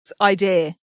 idea